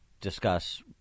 discuss